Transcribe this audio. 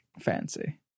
fancy